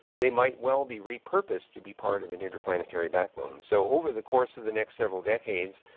they might well be repurposed to be part of an interplanetary backbone. so over the course of the next several decades,